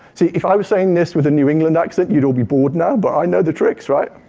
see, if i was saying this with a new england accent, you'd all be bored now, but i know the tricks, right?